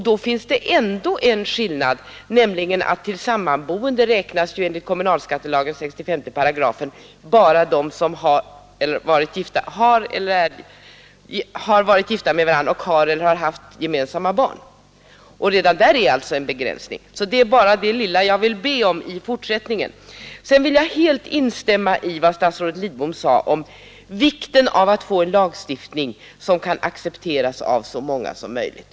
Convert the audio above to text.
Där finns det ändå en skillnad, nämligen den att till sammanboende räknas enligt kommunalskattelagens 65 § bara de som varit gifta med varandra och har eller har haft gemensamma barn. Redan där är alltså begränsning. Det är bara detta lilla jag ber om i fortsättningen. Sedan instämmer jag helt i vad statsrådet Lidbom sade om vikten av att få en lagstiftning som kan accepteras av så många som möjligt.